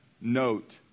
note